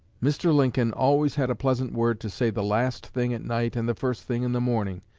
mr. lincoln always had a pleasant word to say the last thing at night and the first thing in the morning.